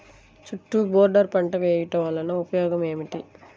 చుట్టూ బోర్డర్ పంట వేయుట వలన ఉపయోగం ఏమిటి?